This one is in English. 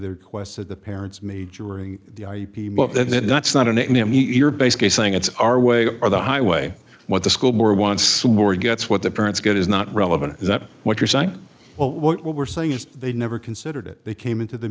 at the parents made during the book then that's not a nickname he basically saying it's our way or the highway what the school more once more gets what the parents get is not relevant is that what you're saying well what we're saying is they never considered it they came into the